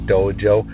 Dojo